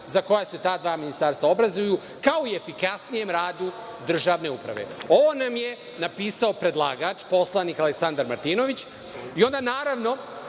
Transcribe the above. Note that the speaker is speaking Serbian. za koja se ta dva ministarstva obrazuju, kao i efikasnijem radu državne uprave. Ovo nam je napisao predlagač, poslanik Aleksandar Martinović i onda naravno,